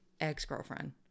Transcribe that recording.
ex-girlfriend